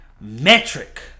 metric